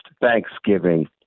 Thanksgiving